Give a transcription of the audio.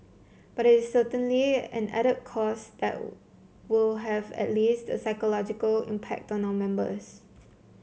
but it's certainly an added cost that will have at least a psychological impact on our members